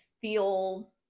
feel